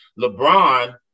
LeBron